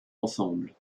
ensemble